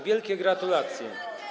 Wielkie gratulacje.